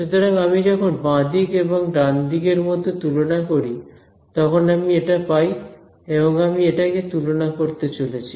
সুতরাং আমি যখন বাঁ দিক এবং ডানদিকের মধ্যে তুলনা করি তখন আমি এটা পাই এবং আমি এটা কে তুলনা করতে চলেছি